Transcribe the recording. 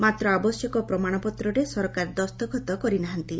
ମାତ୍ର ଆବଶ୍ୟକ ପ୍ରମାଣପତ୍ରରେ ସରକାର ଦସ୍ତଖତ କରିନାହାନ୍ତି